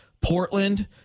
Portland